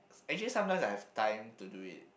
actually sometimes I have time to do it